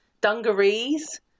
dungarees